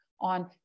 on